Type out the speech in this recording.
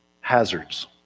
Hazards